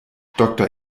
doktor